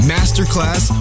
Masterclass